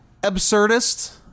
absurdist